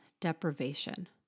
deprivation